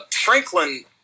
Franklin